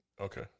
Okay